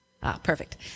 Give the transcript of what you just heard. Perfect